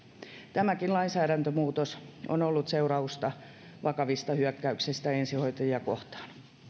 tämäkin lainsäädäntömuutos on ollut seurausta vakavista hyökkäyksistä ensihoitajia kohtaan